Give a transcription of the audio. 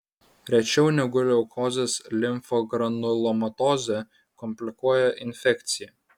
rečiau negu leukozės limfogranulomatozę komplikuoja infekcija